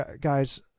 Guys